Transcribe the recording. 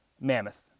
Mammoth